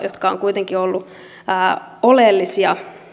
jotka ovat kuitenkin olleet oleellisia